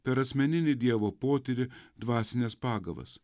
per asmeninį dievo potyrį dvasines pagavas